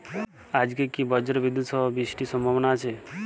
আজকে কি ব্রর্জবিদুৎ সহ বৃষ্টির সম্ভাবনা আছে?